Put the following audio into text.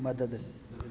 मदद